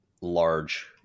large